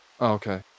okay